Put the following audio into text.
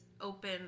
open